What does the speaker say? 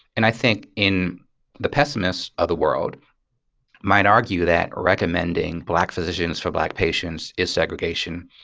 and i think in the pessimists of the world might argue that recommending black physicians for black patients is segregation.